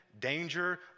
danger